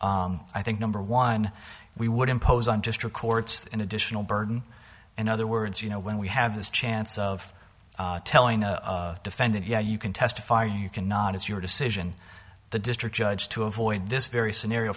i think number one we would impose on just records in additional burden in other words you know when we have this chance of telling a defendant yeah you can testify or you can not is your decision the district judge to avoid this very scenario